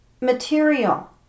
material